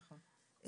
נכון.